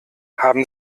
haben